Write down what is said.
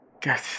God